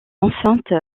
enceinte